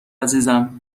عزیزم